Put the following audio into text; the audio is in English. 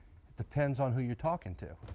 depends on who you're talking to.